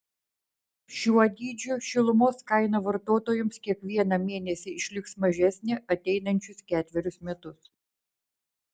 šiuo dydžiu šilumos kaina vartotojams kiekvieną mėnesį išliks mažesnė ateinančius ketverius metus